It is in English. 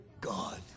God